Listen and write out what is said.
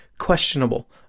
questionable